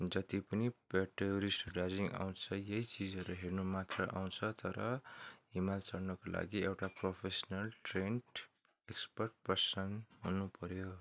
जति पनि पर् टुरिस्ट दार्जिलिङ आउँछ यही चिजहरू हेर्नु मात्र आउँछ तर हिमाल चढ्नको लागि एउटा प्रोफेसनल ट्रेन्ड एक्सपर्ट पर्सन हुनुपऱ्यो